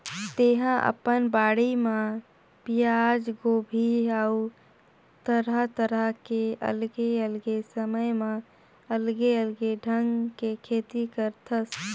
तेहा अपन बाड़ी म पियाज, गोभी अउ तरह तरह के अलगे अलगे समय म अलगे अलगे ढंग के खेती करथस